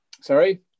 Sorry